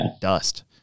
dust